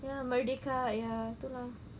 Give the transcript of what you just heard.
ya merdeka ya tu lah